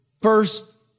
first